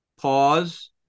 pause